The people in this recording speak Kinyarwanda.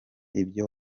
ibyo